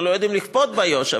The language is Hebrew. אנחנו לא יודעים לכפות באיו"ש,